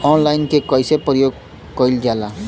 Online के कइसे प्रयोग कइल जाला?